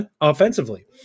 offensively